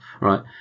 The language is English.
Right